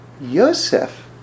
Yosef